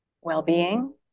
Well-being